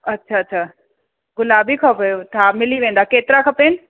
अछा अछा गुलाबी खपेव हा मिली वेंदा केतिरा खपनि